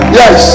yes